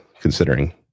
considering